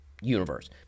universe